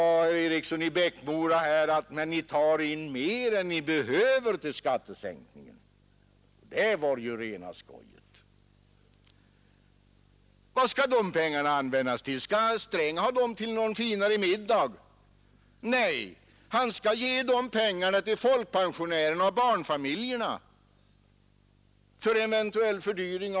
Inom den sektorn var de lågavlönade dominerande till antalet. Jag tillhör Örebro läns landsting, som satsade så mycket på löneökningar till låginkomsttagarna att det betydde över en kronas extra höjning av utdebiteringen.